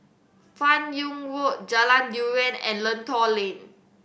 Fan Yoong Road Jalan Durian and Lentor Lane